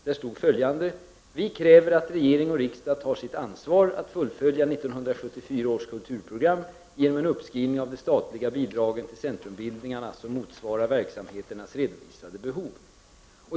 Där stod följande: Vi kräver att regering och riksdag tar sitt ansvar att fullfölja 1974 års kulturprogram genom en uppskrivning av de statliga bidragen till centrumbildningarna som motsvarar verksamheternas redovisade behov.